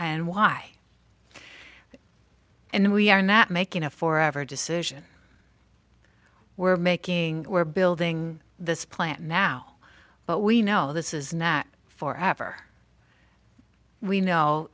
and why and we are not making a for every decision we're making we're building this plant now but we know this is not for ever we know